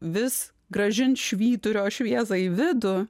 vis grąžint švyturio šviesą į vidų